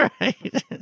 Right